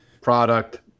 product